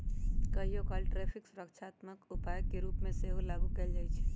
कहियोकाल टैरिफ सुरक्षात्मक उपाय के रूप में सेहो लागू कएल जाइ छइ